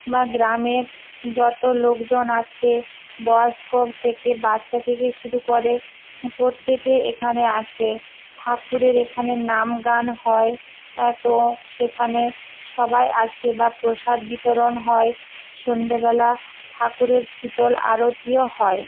বা গ্রামের যত লোকজন আছে বয়স্ক থেকে বাচ্চা থেকে শুরু করে প্রত্যেকে এখানে আসে ঠাকুরের এখানে নাম গান হয় তো সেখানে সবাই আসে বা প্রসাদ বিতরণ হয় সন্ধ্যেবেলা ঠাকুরের শীতল আরতিও হয়